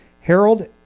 Harold